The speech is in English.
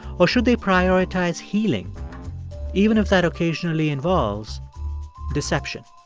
or should they prioritize healing even if that occasionally involves deception?